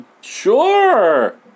Sure